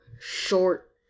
short